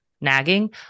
nagging